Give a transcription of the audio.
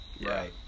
Right